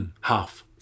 half